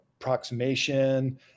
approximation